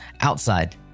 outside